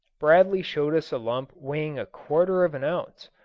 bradley showed us a lump weighing a quarter of an ounce,